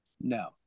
No